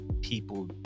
people